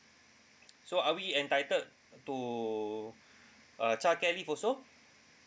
so are we entitled to uh childcare leave also